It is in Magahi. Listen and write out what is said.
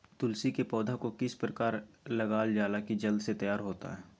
तुलसी के पौधा को किस प्रकार लगालजाला की जल्द से तैयार होता है?